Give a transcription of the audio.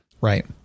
Right